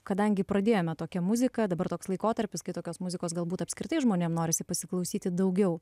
kadangi pradėjome tokia muzika dabar toks laikotarpis kai tokios muzikos galbūt apskritai žmonėm norisi pasiklausyti daugiau